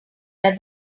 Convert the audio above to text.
that